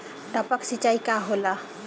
टपक सिंचाई का होला?